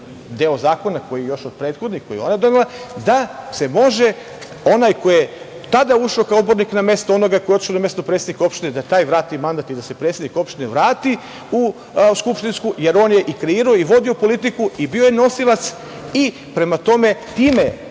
deo zakona koji je još od prethodnih, koji je ona donela, da se može onaj koji je tada ušao kao odbornik na mesto onoga koji je otišao na mesto predsednika opštine da taj vrati mandat i da se predsednik opštine vrati u skupštinsku, jer on je kreirao i vodio politiku i bio je nosilac i prema tome, time,